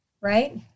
right